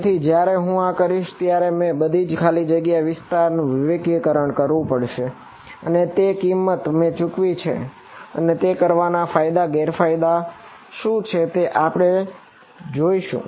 તેથી જયારે હું આ કરીશ ત્યારે મારે આ બધી ખાલી જગ્યા ના વિસ્તારને વિવેકીકરણ કરવું પડશે અને તે કિંમત મેં ચૂકવી છે અને તે કરવાના ના ફાયદા ગેર ફાયદા શું છે તે આપણે પછી જોશું